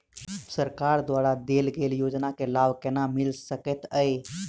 सरकार द्वारा देल गेल योजना केँ लाभ केना मिल सकेंत अई?